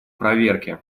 проверки